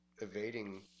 evading